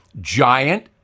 Giant